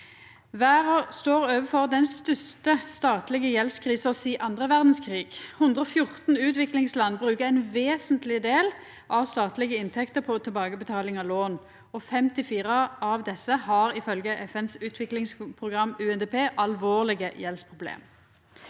Verda står overfor den største statlege gjeldskrisa sidan den andre verdskrigen. 114 utviklingsland brukar ein vesentleg del av statlege inntekter på tilbakebetaling av lån, og 54 av desse har ifølgje FNs utviklingsprogram, UNDP, alvorlege gjeldsproblem.